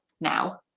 now